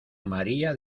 maría